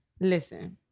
Listen